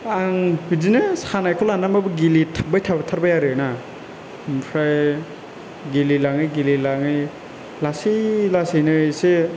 आं बिदिनो सानायखौ लानानैबाबो गेलेथाबबाय थाथारबाय आरो ना ओमफ्राय गेलेलाङै गेलेलाङै लासै लासैनो एसे